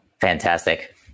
Fantastic